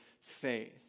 faith